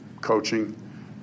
coaching